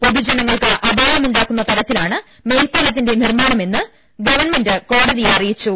പൊതു ജനങ്ങൾക്ക് അപായം ഉണ്ടാക്കുന്ന തരത്തിലാണ് മേൽപ്പാല ത്തിന്റെ നിർമ്മാണമെന്ന് ഗവൺമെന്റ് കോടതിയെ അറിയിച്ചു